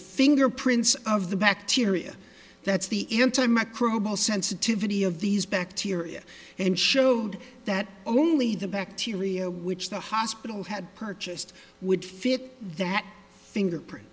fingerprints of the bacteria that's the entire microbial sensitivity of these bacteria and showed that only the bacteria which the hospital had purchased would fit that fingerprint